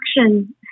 action